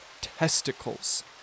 testicles